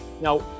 Now